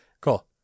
Cool